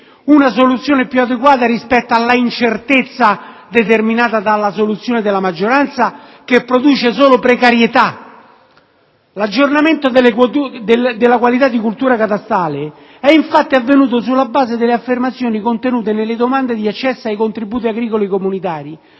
una soluzione più adeguata rispetto all'incertezza determinata dalla soluzione della maggioranza, che produce solo precarietà. L'aggiornamento della qualità di coltura catastale è infatti avvenuto sulla base delle affermazioni contenute nelle domande di accesso ai contributi agricoli comunitari,